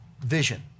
vision